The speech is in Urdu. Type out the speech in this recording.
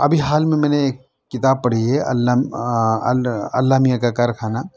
ابھی حال میں میں نے ایک کتاب پڑھی ہے اللّہ اللّہ میاں کا کارخانہ